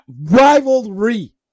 Rivalry